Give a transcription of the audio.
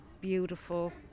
beautiful